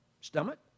stomach